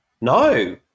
No